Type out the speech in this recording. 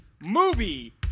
Movie